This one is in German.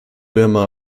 birma